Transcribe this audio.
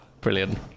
brilliant